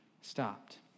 stopped